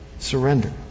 surrender